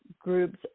groups